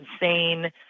insane